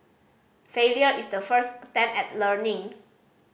failure is the first attempt at learning